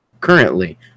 currently